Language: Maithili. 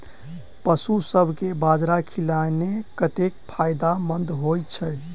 पशुसभ केँ बाजरा खिलानै कतेक फायदेमंद होइ छै?